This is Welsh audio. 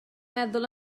meddwl